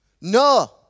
No